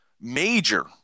major